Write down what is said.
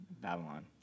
Babylon